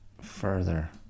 further